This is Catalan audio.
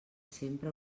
sempre